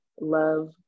love